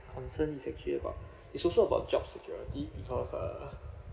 concern is actually about it's also about job security because uh